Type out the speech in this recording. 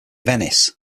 venice